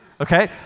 okay